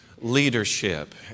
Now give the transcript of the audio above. leadership